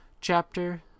Chapter